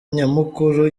nyamukuru